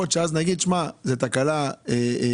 יכול להיות אז נגיד שזו תקלה נקודתית